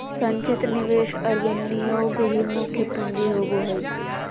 संचित निवेश और विनियोग ही मुख्य पूँजी होबो हइ